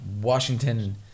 Washington